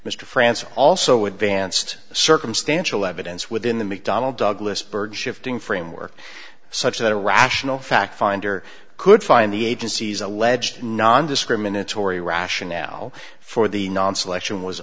mr francis also advanced circumstantial evidence within the mcdonnell douglas byrd shifting framework such that a rational fact finder could find the agency's alleged nondiscriminatory rationale for the non selection was